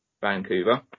Vancouver